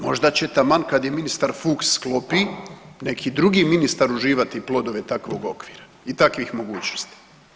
Možda će taman kad je ministar Fuchs sklopi neki drugi ministar uživati plodove takvog okvira i takvih mogućnosti?